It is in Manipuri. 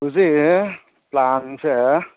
ꯍꯧꯖꯤꯛ ꯄ꯭ꯂꯥꯟꯁꯦ